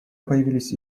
появились